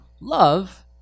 love